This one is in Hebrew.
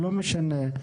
לא משנה,